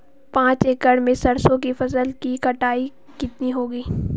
पांच एकड़ में सरसों की फसल की कटाई कितनी होगी?